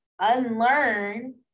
unlearn